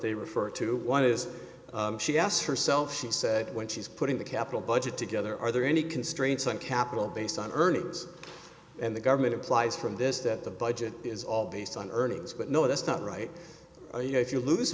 they refer to one is she asked herself she said when she's putting the capital budget together are there any constraints on capital based on her and the government implies from this that the budget is all based on earnings but no that's not right you know if you lose